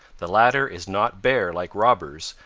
the latter is not bare like robber's,